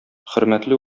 хөрмәтле